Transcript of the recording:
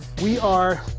we are